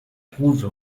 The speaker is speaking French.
trouve